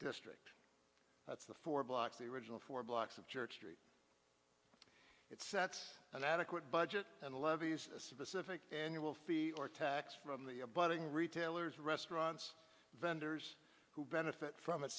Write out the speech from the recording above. district that's the four blocks the original four blocks of church street it sets an adequate budget and levies a specific annual fee or tax from the abutting retailers restaurants vendors who benefit from it